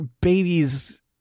babies